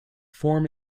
form